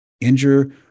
injure